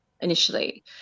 initially